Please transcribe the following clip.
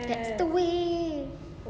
that's the way